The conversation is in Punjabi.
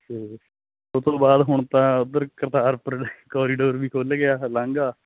ਤੇ ਬਾਅਦ ਹੁਣ ਤਾਂ ਉਧਰ ਕਰਤਾਰਪੁਰ ਕੋਰੀਡੋਰ ਵੀ ਖੁੱਲ ਗਿਆ ਲਾਂਘਾ